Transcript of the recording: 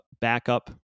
backup